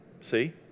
see